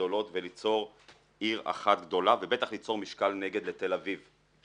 גדולות וליצור עיר אחת גדולה ובטח ליצור משקל נגד לתל אביב,